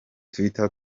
twitter